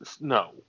no